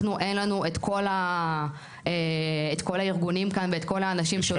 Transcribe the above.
אין לנו את כל הארגונים כאן ואת כל האנשים שעושים